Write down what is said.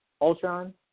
Ultron